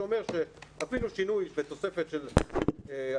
זה אומר שאפילו שינוי בתוספת של 1%,